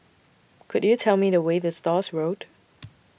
Could YOU Tell Me The Way to Stores Road